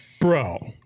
Bro